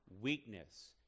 weakness